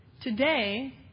Today